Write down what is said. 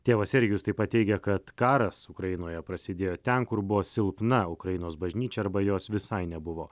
tėvas sergijus taip pat teigia kad karas ukrainoje prasidėjo ten kur buvo silpna ukrainos bažnyčia arba jos visai nebuvo